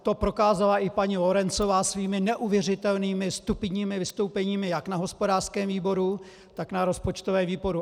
To prokázala i paní Lorencová svými neuvěřitelnými stupidními vystoupeními jak na hospodářském výboru, tak na rozpočtovém výboru.